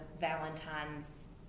Valentine's